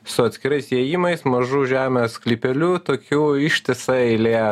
su atskirais įėjimais mažu žemės sklypeliu tokių ištisa eilė